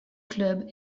club